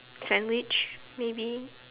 sandwich maybe